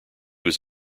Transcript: was